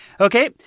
Okay